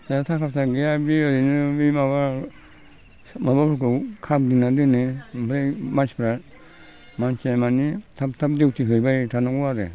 जोंहा थाखा फैसा गैया बे ओरैनो बे माबा माबाफोरखौ खादिंनानै दोनो ओमफ्राय मानसिफोरा मानसिया माने थाब थाब डिउटि हैबाय थानांगौ आरो